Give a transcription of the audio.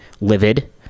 livid